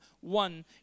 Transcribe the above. one